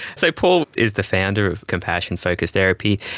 so paul is the founder of compassion focused therapy,